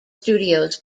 studios